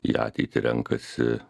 į ateitį renkasi